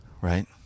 Right